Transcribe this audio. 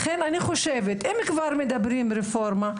לכן אני חושבת: אם כבר מדברים רפורמה,